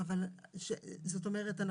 זאת אומרת,